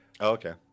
Okay